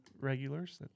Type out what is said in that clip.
regulars